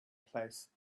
place